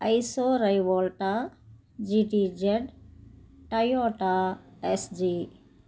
Iso Rivolta GT jet Toyota SG